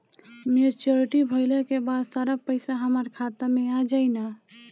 Maturity भईला के बाद सारा पईसा हमार खाता मे आ जाई न?